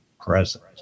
present